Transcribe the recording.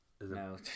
No